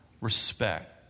respect